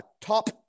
top